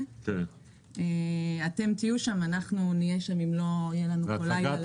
אתם תהיו שם ואנחנו נהיה שם אם לא יהיה לנו פה לילה לבן.